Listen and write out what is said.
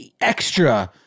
extra